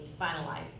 finalized